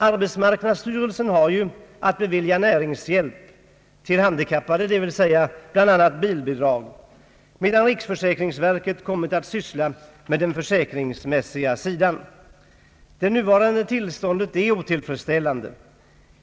Arbetsmark nadsstyrelsen har att bevilja näringshjälp till handikappade, dvs. bland annat för invalidbilar, medan riksförsäkringsverket kommit att syssla med den försäkringsmässiga sidan. Det nuvarande tillståndet är otillfredsställande.